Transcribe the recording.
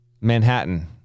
Manhattan